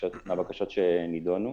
מהבקשות שנידונו.